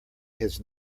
his